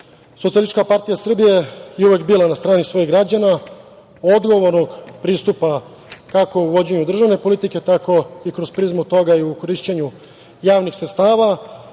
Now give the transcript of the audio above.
čestitam. Socijalistička partija Srbije je uvek bila na strani svojih građana, odgovornog pristupa kako u vođenju državne politike, tako i kroz prizmu toga i u korišćenju javnih sredstava